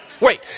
Wait